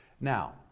Now